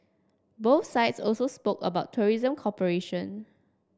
both sides also spoke about tourism cooperation